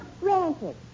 Granted